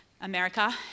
America